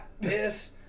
piss